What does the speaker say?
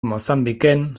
mozambiken